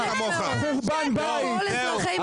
שאתם מעוללים למדינת ישראל.